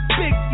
big